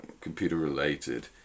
computer-related